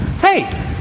Hey